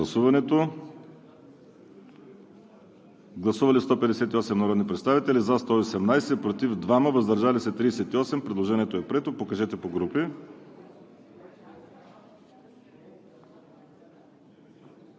Гласували 158 народни представители: за 118, против 2, въздържали се 38. Предложението е прието. Подлагам